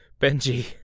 Benji